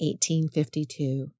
1852